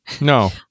no